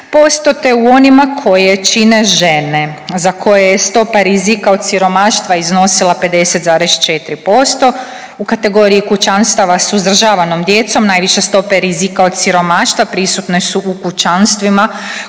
te u onima koje čine žene za koje je stopa rizika od siromaštva iznosila 50,4% u kategoriji kućanstava sa uzdržavanom djecom najviše stope rizika od siromaštva prisutne su u kućanstvima